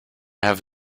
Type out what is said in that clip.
have